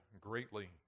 greatly